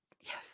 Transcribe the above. Yes